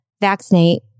vaccinate